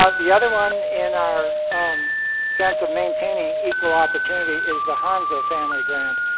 ah the other one in our sense of maintaining equal opportunity is the hanza family grant.